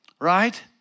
Right